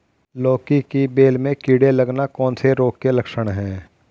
लौकी की बेल में कीड़े लगना कौन से रोग के लक्षण हैं?